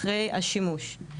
אחרי השימוש,